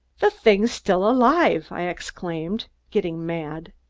the thing's still alive, i exclaimed, getting mad.